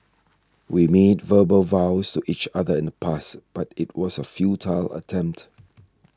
we made verbal vows to each other in the past but it was a futile attempt